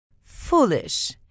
Foolish